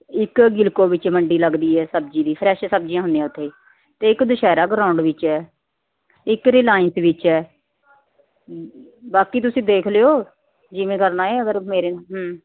ਇੱਕ ਗਿਲਕੋ ਵਿੱਚ ਮੰਡੀ ਲੱਗਦੀ ਹੈ ਸਬਜ਼ੀ ਦੀ ਫਰੈਸ਼ ਸਬਜ਼ੀਆਂ ਹੁੰਦੀਆਂ ਉੱਥੇ ਅਤੇ ਇੱਕ ਦੁਸਹਿਰਾ ਗਰਾਉਂਡ ਵਿੱਚ ਹੈ ਇੱਕ ਰਿਲਾਇੰਸ ਵਿੱਚ ਹੈ ਬਾਕੀ ਤੁਸੀਂ ਦੇਖ ਲਿਓ ਜਿਵੇਂ ਕਰਨਾ ਹੈ ਅਗਰ ਮੇਰੇ ਹਮ